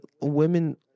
women